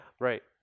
right